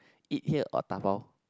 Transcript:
eat here or dabao